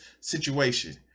situation